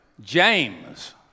James